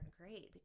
great